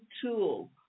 tool